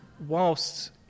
Whilst